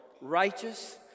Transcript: righteous